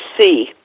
see